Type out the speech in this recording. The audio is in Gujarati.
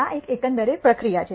આ એકંદર પ્રક્રિયા છે